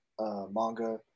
manga